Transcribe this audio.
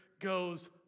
goes